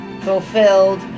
fulfilled